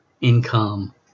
income